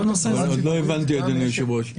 לא הבנתי, אדוני היושב-ראש.